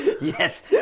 Yes